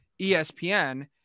ESPN